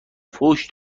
فحش